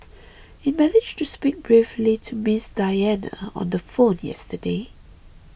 it managed to speak briefly to Miss Diana on the phone yesterday